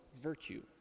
virtue